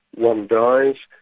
one dies,